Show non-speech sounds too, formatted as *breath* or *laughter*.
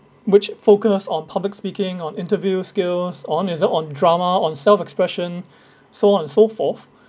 which focus on public speaking on interview skills on himself on drama on self-expression *breath* so on so forth